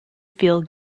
feel